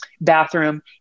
bathroom